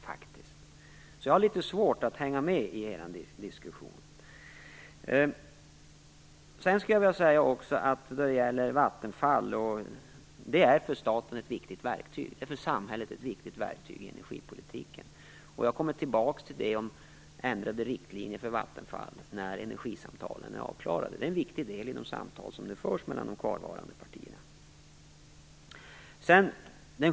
Jag har därför litet svårt att hänga med i er diskussion. Vattenfall är ett viktigt verktyg för staten och samhället i energipolitiken. Jag kommer tillbaka till ändrade riktlinjer för Vattenfall när energisamtalen är avklarade. Det är en viktig del i de samtal som nu förs mellan de kvarvarande partierna.